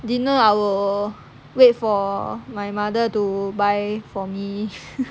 dinner I will wait for my mother to buy for me